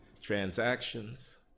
Transactions